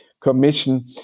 commission